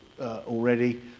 already